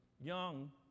young